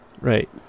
right